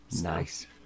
Nice